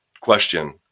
question